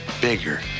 bigger